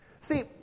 See